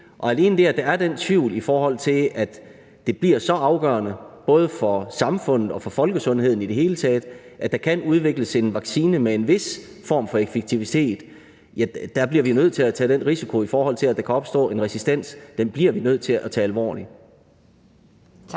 Og alene fordi der er den tvivl, i forhold til at det bliver så afgørende, både for samfundet og for folkesundheden i det hele taget, at der kan udvikles en vaccine med en vis form for effektivitet, bliver vi nødt til at tage risikoen for, at der kan opstå resistens, alvorligt.